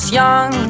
young